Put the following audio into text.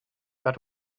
that